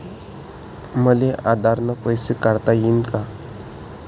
मले आधार न पैसे काढता येईन का?